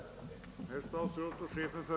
Den befrämjar ju i stället miljön.